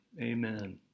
amen